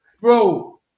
Bro